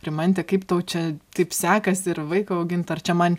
rimante kaip tau čia taip sekasi ir vaiką augint ar čia man